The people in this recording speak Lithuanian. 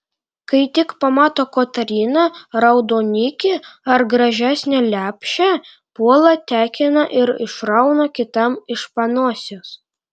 kai tik pamato kotryna raudonikį ar gražesnę lepšę puola tekina ir išrauna kitam iš panosės